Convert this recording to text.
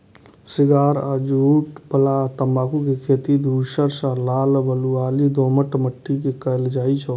cigar आ चुरूट बला तंबाकू के खेती धूसर सं लाल बलुआही दोमट माटि मे कैल जाइ छै